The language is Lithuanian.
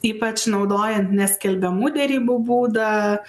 ypač naudojant neskelbiamų derybų būdą